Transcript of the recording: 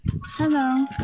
hello